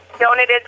donated